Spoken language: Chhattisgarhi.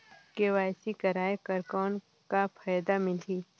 के.वाई.सी कराय कर कौन का फायदा मिलही?